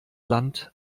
land